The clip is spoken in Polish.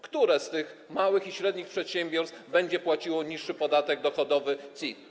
Które z tych małych i średnich przedsiębiorstw będzie płaciło niższy podatek dochodowy CIT?